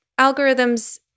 algorithms